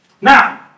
Now